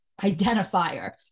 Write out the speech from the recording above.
identifier